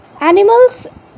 Animals